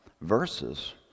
verses